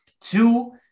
two